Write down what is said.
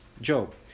Job